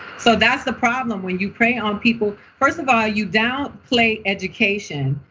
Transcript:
so that's the problem when you play on people. first of all, you downplay education,